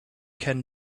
can